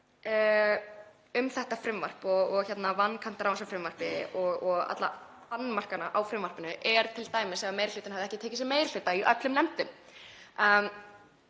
um þetta frumvarp og vankanta á þessu frumvarpi og alla annmarka á frumvarpinu er t.d. ef meiri hlutinn hefði ekki tekið sér meiri hluta í öllum nefndum.